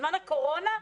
בזמן הקורונה?